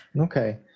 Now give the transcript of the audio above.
Okay